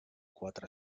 quatre